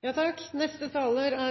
det er